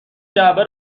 جعبه